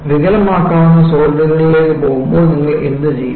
വികലമാക്കാവുന്ന സോളിഡുകളിലേക്ക് പോകുമ്പോൾ നിങ്ങൾ എന്തുചെയ്യും